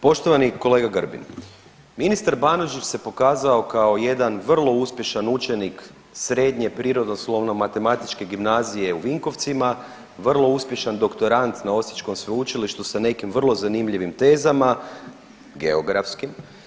Poštovani kolega Grbin, ministar Banožić se pokazao kao jedan vrlo uspješan učenik srednje Prirodoslovno-matematičke gimnazije u Vinkovcima, vrlo uspješan doktorand na osječkom Sveučilištu sa nekim vrlo zanimljivim tezama, geografskim.